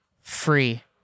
free